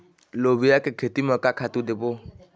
लोबिया के खेती म का खातू देबो?